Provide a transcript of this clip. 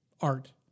art